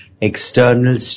external